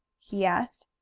he asked.